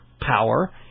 power